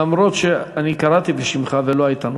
למרות שאני קראתי בשמך ולא היית נוכח.